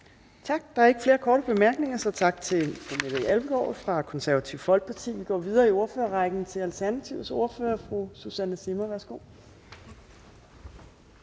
Tak. Der er ikke flere korte bemærkninger, så tak til fru Mette Abildgaard fra Det Konservative Folkeparti. Vi går videre i ordførerrækken til Alternativets ordfører, fru Susanne Zimmer. Værsgo.